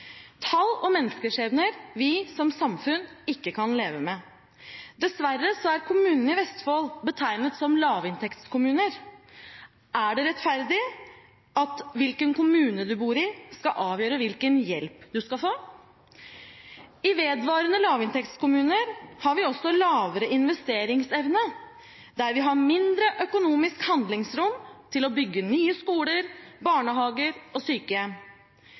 tall og menneskeskjebner vi som samfunn ikke kan leve med. Dessverre er kommunene i Vestfold betegnet som lavinntektskommuner. Er det rettferdig at hvilken kommune du bor i, skal avgjøre hvilken hjelp du skal få? I vedvarende lavinntektskommuner har vi også lavere investeringsevne, der vi har mindre økonomisk handlingsrom til å bygge nye skoler, barnehager og sykehjem.